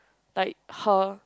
like her